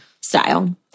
style